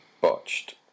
botched